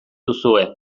duzue